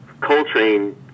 Coltrane